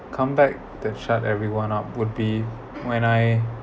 come back that shut everyone up would be when I